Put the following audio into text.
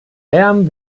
lärm